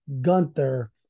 Gunther